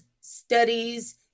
studies